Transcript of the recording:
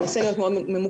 אני אנסה להיות מאוד ממוקדת.